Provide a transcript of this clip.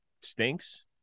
stinks